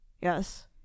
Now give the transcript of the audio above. Yes